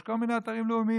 יש כל מיני אתרים לאומיים,